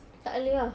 tak boleh ah